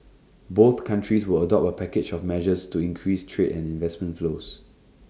both countries will adopt A package of measures to increase trade and investment flows